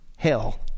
hell